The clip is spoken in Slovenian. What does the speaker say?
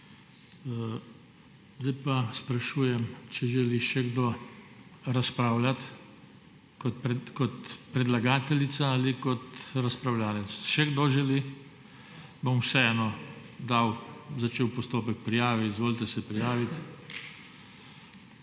Zdaj pa sprašujem, če želi še kdo razpravljati kot predlagateljica ali kot razpravljavec. Še kdo želi? Bom vseeno začel postopek prijave. Izvolite se prijaviti.